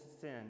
sin